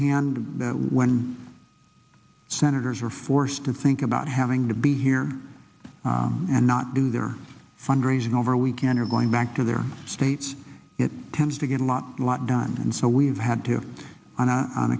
hand when senators are forced to think about having to be here and not do their fundraising over we can't are going back to their states it tends to get a lot lot done and so we've had to on a on